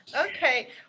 okay